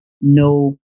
no